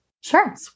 Sure